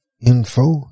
info